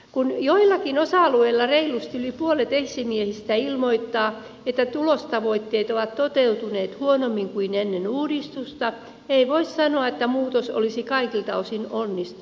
kun joillakin osa alueilla reilusti yli puolet esimiehistä ilmoittaa että tulostavoitteet ovat toteutuneet huonommin kuin ennen uudistusta ei voi sanoa että muutos olisi kaikilta osin onnistunut